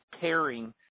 pairing